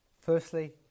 firstly